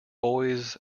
boys